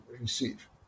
receive